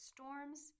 Storms